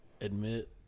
admit